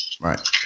right